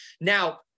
Now